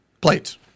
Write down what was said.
plates